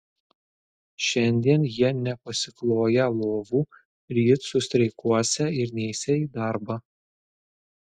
šiandien jie nepasikloją lovų ryt sustreikuosią ir neisią į darbą